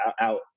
out